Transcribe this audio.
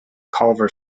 culver